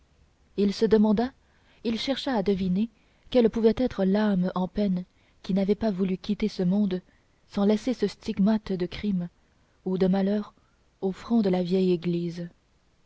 il se demanda il chercha à deviner quelle pouvait être l'âme en peine qui n'avait pas voulu quitter ce monde sans laisser ce stigmate de crime ou de malheur au front de la vieille église